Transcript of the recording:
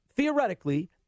Theoretically